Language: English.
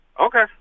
Okay